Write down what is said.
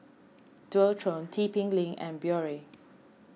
Dualtron T P Link and Biore